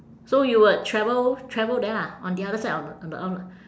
so you would travel travel there lah on the other side of of the earth